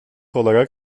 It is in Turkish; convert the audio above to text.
olarak